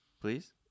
please